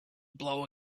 blow